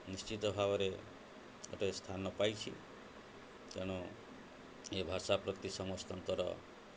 ନିଶ୍ଚିତ ଭାବରେ ଗୋଟେ ସ୍ଥାନ ପାଇଛି ତେଣୁ ଏ ଭାଷା ପ୍ରତି ସମସ୍ତଙ୍କର